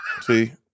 See